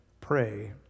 pray